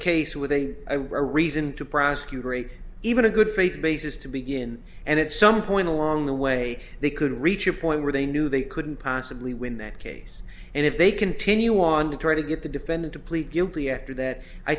case where they are a reason to prosecutory even a good faith basis to begin and at some point along the way they could reach a point where they knew they couldn't possibly win that case and if they continue on to try to get the defendant to plead guilty after that i